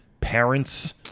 parents